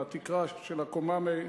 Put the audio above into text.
בתקרה של הקומה מעל,